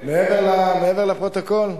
מעבר לפרוטוקול?